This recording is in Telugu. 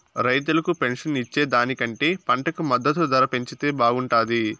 రైతులకు పెన్షన్ ఇచ్చే దానికంటే పంటకు మద్దతు ధర పెంచితే బాగుంటాది